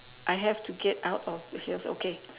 I have to get out of here okay